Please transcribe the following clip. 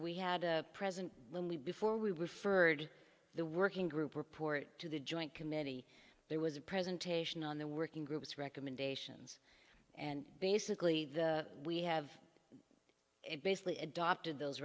we had a present before we referred the working group report to the joint committee there was a presentation on the working group's recommendations and basically we have it basically adopted those